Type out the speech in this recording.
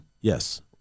Yes